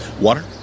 Water